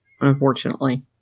unfortunately